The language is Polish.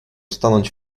stanąć